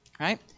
right